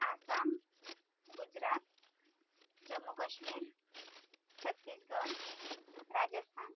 Assam Gujarat Jammu Kashmir Chhattisgarh Rajasthan